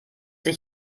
sich